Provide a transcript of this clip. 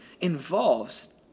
involves